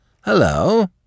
Hello